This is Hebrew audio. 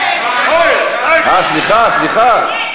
סליחה, סליחה.